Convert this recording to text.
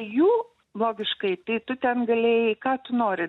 jų logiškai tai tu ten galėjai ką tu nori